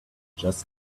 just